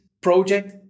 project